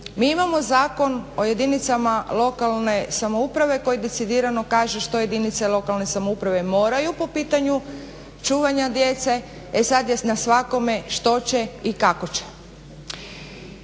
Mi imamo Zakon o jedinicama lokalne samoupravu koje decidirano kažu što jedinice lokalne samouprave moraju po pitanju čuvanja djece. E sad je na svakome što će i kako će.